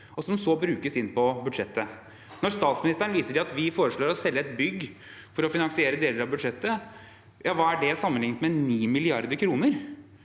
og som så brukes inn på budsjettet. Når statsministeren viser til at vi foreslår å selge et bygg for å finansiere deler av budsjettet, ja, hva er det sammenlignet med 9 mrd. kr?